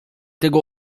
tego